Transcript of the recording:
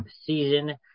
season